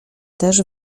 też